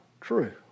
true